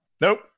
Nope